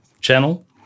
channel